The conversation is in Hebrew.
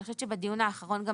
אני חושבת שבדיון האחרון גם